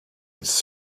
its